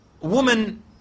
woman